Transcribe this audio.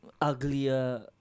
uglier